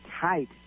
tight